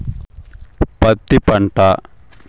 పత్తి పంట